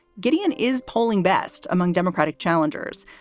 gideon is polling best among democratic challengers,